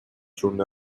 turned